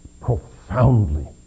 Profoundly